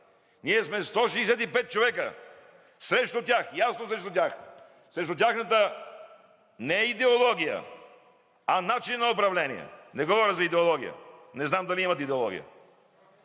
Ние сме 165 човека срещу тях – ясно срещу тях, срещу тяхната не идеология, а начин на управление! Не говоря за идеология – не знам дали имат идеология